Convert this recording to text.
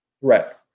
threat